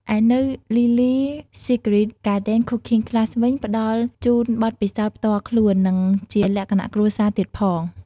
ឯនៅ Lily's Secret Garden Cooking Class វិញផ្តល់ជូនបទពិសោធន៍ផ្ទាល់ខ្លួន និងជាលក្ខណៈគ្រួសារទៀតផង ។